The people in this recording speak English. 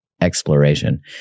exploration